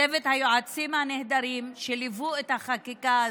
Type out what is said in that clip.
צוות היועצים הנהדרים שליוו את החקיקה הזו.